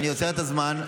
אני עוצר את הזמן,